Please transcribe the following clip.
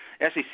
SEC